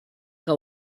que